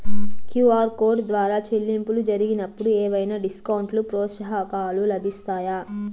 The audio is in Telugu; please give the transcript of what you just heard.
క్యు.ఆర్ కోడ్ ద్వారా చెల్లింపులు జరిగినప్పుడు ఏవైనా డిస్కౌంట్ లు, ప్రోత్సాహకాలు లభిస్తాయా?